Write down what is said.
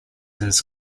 his